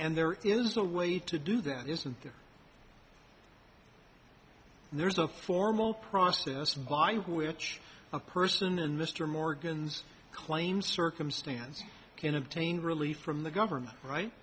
and there is no way to do that isn't there and there's a formal process by which a person in mr morgan's claim circumstance can obtain relief from the government right